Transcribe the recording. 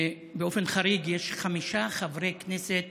באופן חריג יש חמישה חברי כנסת